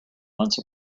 months